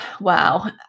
wow